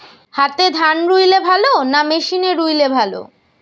হাতে ধান রুইলে ভালো না মেশিনে রুইলে ভালো?